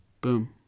Boom